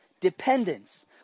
dependence